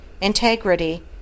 integrity